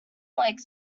like